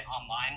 online